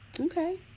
Okay